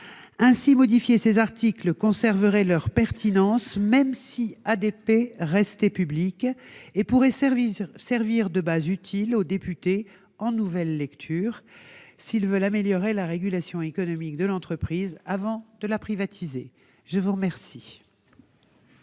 Ainsi modifiés, ces articles conserveraient leur pertinence, même si ADP restait publique, et pourraient servir de base de travail utile aux députés en nouvelle lecture si ces derniers veulent améliorer la régulation économique de l'entreprise avant de la privatiser. Je ne comprends